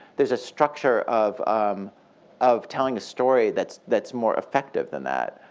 there's a structure of um of telling a story that's that's more effective than that,